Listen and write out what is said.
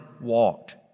walked